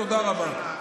תודה רבה.